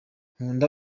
nkunda